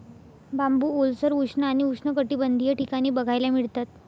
बांबू ओलसर, उष्ण आणि उष्णकटिबंधीय ठिकाणी बघायला मिळतात